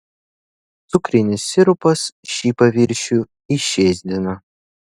cukrinis sirupas šį paviršių išėsdina